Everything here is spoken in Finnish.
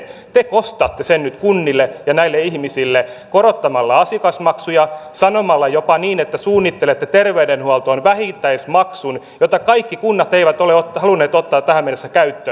te kostatte sen nyt kunnille ja näille ihmisille korottamalla asiakasmaksuja sanomalla jopa niin että suunnittelette terveydenhuoltoon vähittäismaksun jota kaikki kunnat eivät ole halunneet ottaa tähän mennessä käyttöön